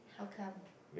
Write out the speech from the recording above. how come